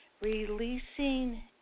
releasing